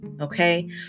Okay